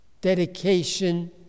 dedication